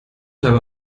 habe